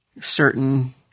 Certain